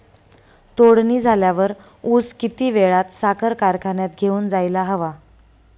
तोडणी झाल्यावर ऊस किती वेळात साखर कारखान्यात घेऊन जायला हवा?